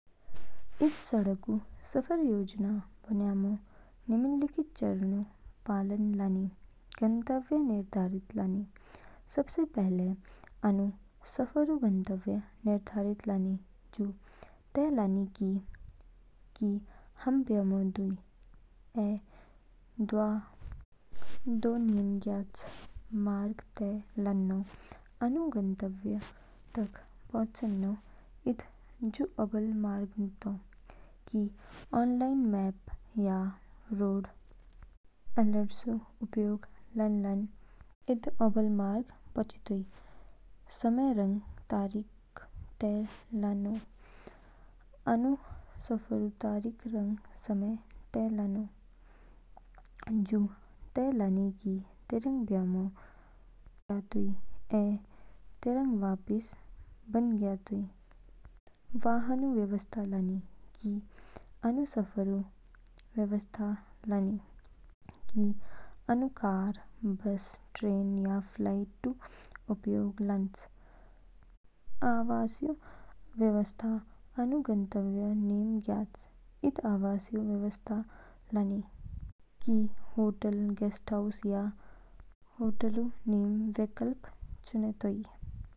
इद सडकू सफ़र योजना बन्यामो निम्नलिखित चरणऊ पालन लानी। गंतव्य निर्धारित लानी सबसे पहले, आनु सफ़रऊ गंतव्य निर्धारित लानी। जू तय लानी कि कि हाम बयोम दुई ऐ द्वा दो निम ज्ञाच। मार्ग तय लानो आनु गंतव्य तक पहुंचनो इद जू अबोल मार्ग नितो। कि ऑनलाइन मैप्स या रोड एटलसऊ उपयोग लानलान इदअबोल मार्ग पोचितोई। समय रंग तारीखें तय लानो आनु सफ़रऊ तारीख रंग समय तय लानो। जू तय लानी कि तेरंग बयोमो ज्ञयातोई ऐ तेरंग वापिस बन ज्ञयाच। वाहनऊ व्यवस्था लानी कि आनु सफरऊ वाहनु व्यवस्था लानी। कि आनु कार, बस, ट्रेन या फ्लाइटऊ उपयोग लान्च। आवासऊ व्यवस्था अनु गंतव्य निम ज्ञयाच इद आवासऊ व्यवस्था लानी। कि होटलऊ, गेस्टहाउसऊ या हॉस्टलऊ निम विकल्प चुनेतोई।